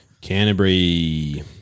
Canterbury